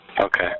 Okay